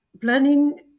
planning